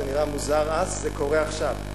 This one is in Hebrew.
זה נראה מוזר אז, וזה קורה עכשיו.